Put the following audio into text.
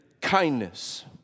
kindness